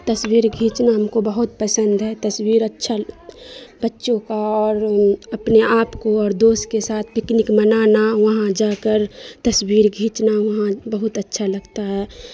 تصویر کھینچنا ہم کو بہت پسند ہے تصویر اچھا بچوں کا اور اپنے آپ کو اور دوست کے ساتھ پکنک منانا وہاں جا کر تصویر کھینچنا وہاں بہت اچھا لگتا ہے